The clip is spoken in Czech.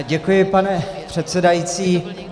Děkuji, pane předsedající.